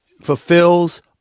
fulfills